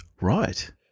Right